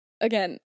again